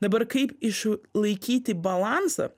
dabar kaip išlaikyti balansą